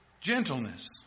Gentleness